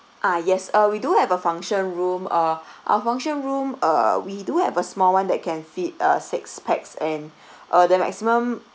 ah yes uh we do have a function room uh our function room uh we do have a small [one] that can fit uh six pax and uh the maximum